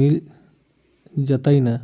मिल जतैई नै?